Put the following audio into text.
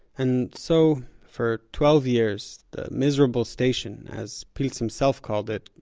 and so, for twelve years, the miserable station, as pilz himself called it,